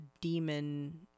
demon